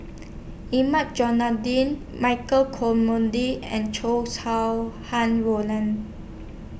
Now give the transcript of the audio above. Hilmi Johandi Michael comendy and Chow Sau Hai Roland